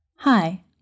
Hi